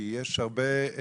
כי יש הרבה,